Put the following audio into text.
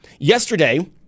Yesterday